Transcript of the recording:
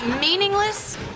meaningless